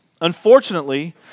Unfortunately